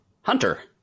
Hunter